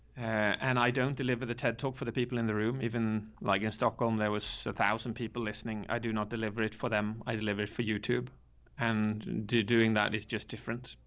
and i don't deliver the ted talk for the people in the room. even like in stockholm, there was a thousand people listening. i do not deliver it for them. i deliver it for youtube and do doing that. it's just different.